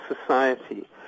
society